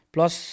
Plus